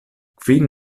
kvin